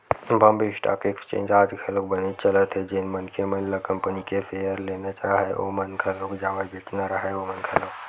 Bombay stock exchange आज घलोक बनेच चलत हे जेन मनखे मन ल कंपनी के सेयर लेना राहय ओमन घलोक जावय बेंचना राहय ओमन घलोक